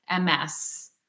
MS